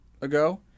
ago